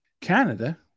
Canada